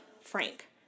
Frank